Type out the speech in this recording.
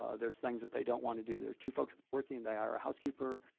ah there's things that they don't want to do. there are two folks working. they hire a housekeeper.